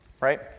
Right